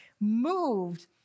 moved